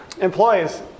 employees